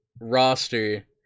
roster